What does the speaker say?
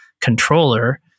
controller